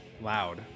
loud